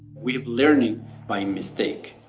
we are learning by mistake,